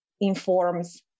informs